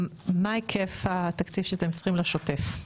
מה היקף התקציב שאתם צריכים לשוטף?